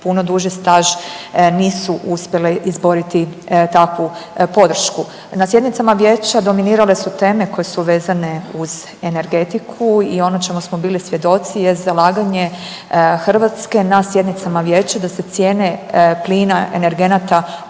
puno duži staž nisu uspjele izboriti takvu podršku. Na sjednicama vijeća dominirale su teme koje su vezane uz energetiku i ono čemu smo bili svjedoci je zalaganje Hrvatske na sjednicama vijeća da se cijene plina i energenata ograniče